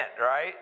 right